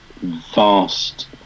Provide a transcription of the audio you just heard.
vast